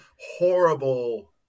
horrible